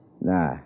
Nah